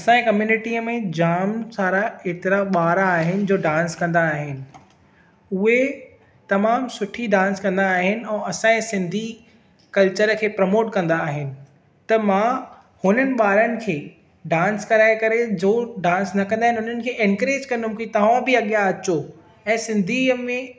असांजे कम्यूनिटीअ में जाम सारा एतिरा ॿार आहिनि जो डांस कंदा आहिनि उहे तमामु सुठी डांस कंदा आहिनि ऐं असांए सिंधी कल्चर खे प्रमोट कंदा आहिनि त मां हुननि ॿारनि खे डांस कराए करे जो डांस न कंदा आहिनि उन्हनि खे ऐनकरेज कंदुमि की तव्हां बि अॻियां अचो ऐं सिंधीअ में